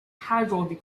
casualty